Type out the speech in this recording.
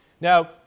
Now